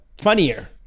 funnier